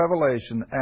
revelation